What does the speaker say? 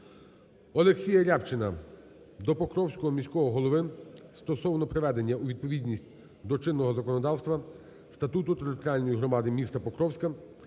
Олексія Рябчина до покровського міського голови стосовно приведення у відповідність до чинного законодавства Статуту територіальної громади міста Покровська